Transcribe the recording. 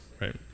Right